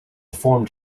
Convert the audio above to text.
formed